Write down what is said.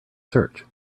search